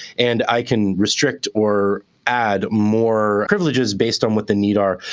and i can restrict or add more privileges, based on what the need are.